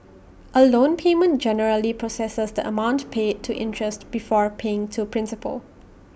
A loan payment generally processes the amount paid to interest before paying to principal